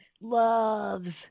loves